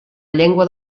llengua